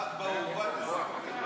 ממ"ד באורווה.